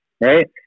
right